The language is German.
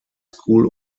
school